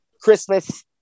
Christmas